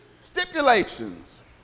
stipulations